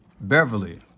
Beverly